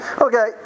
okay